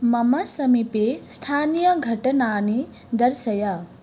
मम समीपे स्थानीयघटनानि दर्शय